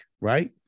right